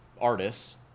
artists